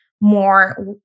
more